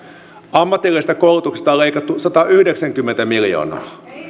ammatillisesta koulutuksesta on leikattu satayhdeksänkymmentä miljoonaa